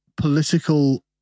political